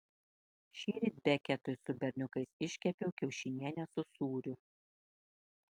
šįryt beketui su berniukais iškepiau kiaušinienę su sūriu